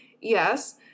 yes